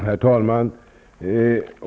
Herr talman!